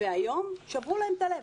והיום שברו להם את הלב.